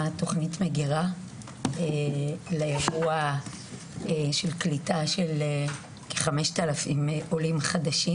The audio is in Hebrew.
תכנית מגירה לאירוע של קליטה של כ-5,000 עולים חדשים.